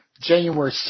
January